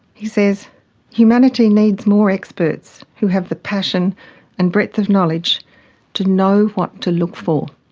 he says humanity needs more experts who have the passion and breadth of knowledge to know what to look for.